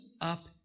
up